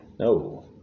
No